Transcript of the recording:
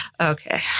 Okay